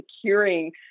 securing